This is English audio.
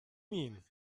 mean